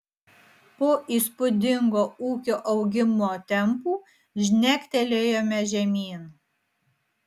po įspūdingo ūkio augimo tempų žnektelėjome žemyn